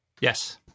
Yes